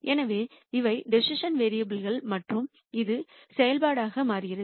எனவே இவை decision variable கள் மற்றும் இது ஒரு செயல்பாடாக மாறுகிறது